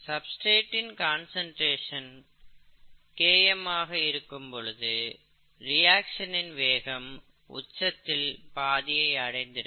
சப்ஸ்டிரேட்டின் concentration Km ஆக இருக்கும் பொழுது ரியாக்சனின் வேகம் உச்சத்தில் பாதியை அடைந்திருக்கும்